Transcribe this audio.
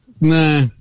nah